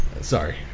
Sorry